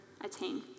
attain